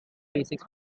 basis